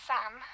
Sam